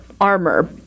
armor